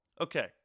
Okay